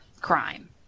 crime